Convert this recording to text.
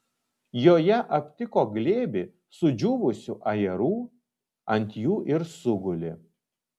joje aptiko glėbį sudžiūvusių ajerų ant jų ir sugulė